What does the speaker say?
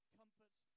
comforts